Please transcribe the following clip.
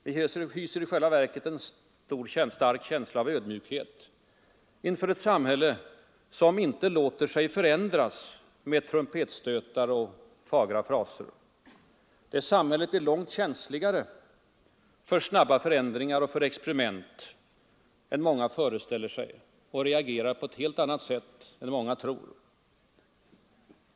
Vi hyser i själva verket en stark känsla av ödmjukhet inför ett samhälle som inte låter sig förändras med trumpetstötar och fagra fraser. Det samhället är långt känsligare för snabba förändringar och för experiment än många föreställer sig, och det reagerar på ett helt annat sätt än många tror.